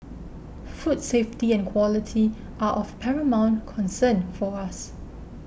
food safety and quality are of paramount concern for us